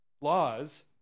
laws